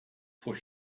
put